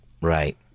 Right